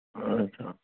اچھا